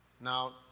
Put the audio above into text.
Now